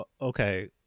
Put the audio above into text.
okay